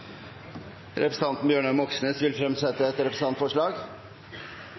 Representanten Bjørnar Moxnes vil fremsette et representantforslag.